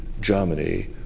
Germany